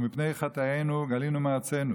ומפני חטאינו גלינו מארצנו,